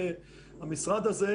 עכשיו,